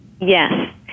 Yes